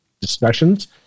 discussions